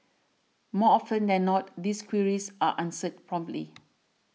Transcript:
more often than not these queries are answered promptly